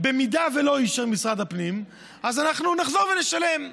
אם לא אישר משרד הפנים, אז נחזור ונשלם.